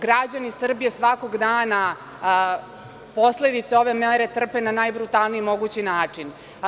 Građani Srbije svakog dana posledice ove mere trpe na najbrutalniji mogući način.